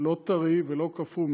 לא טרי ולא קפוא,